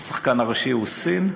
והשחקן הראשי הוא סין,